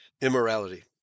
immorality